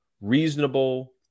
reasonable